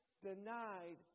denied